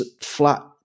flat